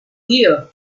here